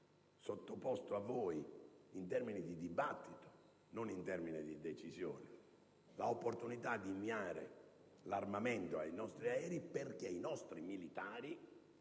sottoposto a voi, in termini di dibattito e non di decisione, l'opportunità di inviare l'armamento ai nostri aerei, perché i nostri militari,